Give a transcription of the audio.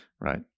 right